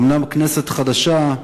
אומנם כנסת חדשה,